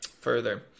further